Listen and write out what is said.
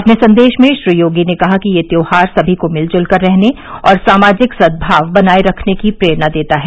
अपने संदेश में श्री योगी ने कहा कि यह त्यौहार सभी को मिल जुल कर रहने और सामाजिक सद्भाव बनाए रखने की प्रेरणा देता है